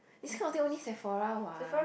this kind of thing only Sephora what